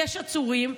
יש עצורים?